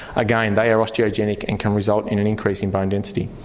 again they are osteogenic and can result in an increase in bone density.